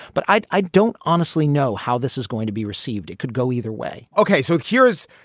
but i i don't honestly know how this is going to be received. it could go either way ok, so here's